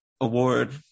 Award